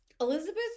elizabeth